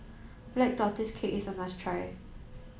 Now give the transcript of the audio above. black tortoise cake is a must try